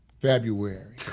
February